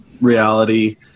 reality